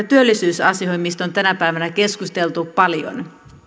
työllisyysasioihin mistä on tänä päivänä keskusteltu paljon